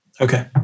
Okay